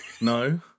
No